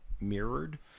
Mirrored